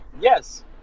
Yes